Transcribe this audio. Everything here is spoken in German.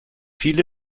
viele